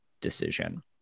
decision